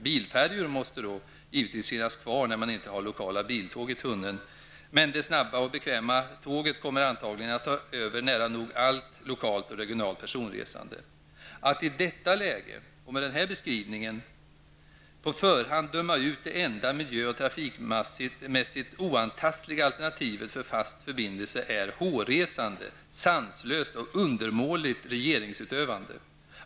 Bilfärjor måste givetvis finnas kvar när man inte har lokala biltåg i tunneln, men det snabba och bekväma tåget kommer antagligen att ta över nära nog allt lokalt och regionalt personresande. Att i detta läge, och mot bakgrund av denna beskrivning, på förhand döma ut det enda miljöoch trafikmässigt oantastliga alternativet för fast förbindelse är hårresande, sanslöst och undermåligt regeringsutövande.